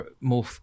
more